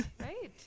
Right